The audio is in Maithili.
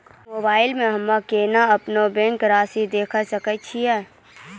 मोबाइल मे हम्मय केना अपनो बैंक रासि देखय सकय छियै?